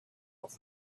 with